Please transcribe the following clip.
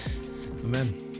Amen